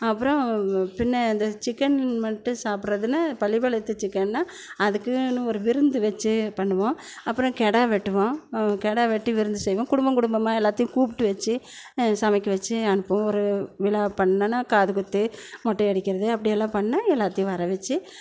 அப்றம் பின்னே இந்த சிக்கன் வந்துட்டு சாப்பிட்றதுனா பள்ளிப்பாளையத்து சிக்கன்னா அதுக்குனு ஒரு விருந்து வெச்சு பண்ணுவோம் அப்றம் கிடா வெட்டுவோம் கிடா வெட்டி விருந்து செய்வோம் குடும்பம் குடும்பமாக எல்லாத்தையும் கூப்பிட்டு வெச்சு சமைக்க வச்சு அனுப்புவோம் ஒரு ஒரு விழா பண்ணேனா காதுகுத்து மொட்டை அடிக்கிறது அப்படியெல்லாம் பண்ணா எல்லாத்தையும் வர வெச்சு